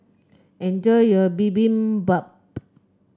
enjoy your Bibimbap